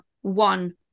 one